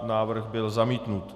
Návrh byl zamítnut.